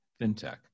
fintech